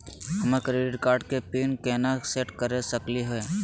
हमर credit card के PIN केना सेट कर सकली हे?